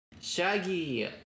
Shaggy